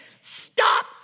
stop